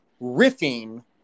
riffing